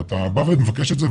ואתה בא ומבקש את זה,